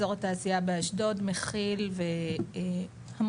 אזור התעשייה באשדוד מכיל המון,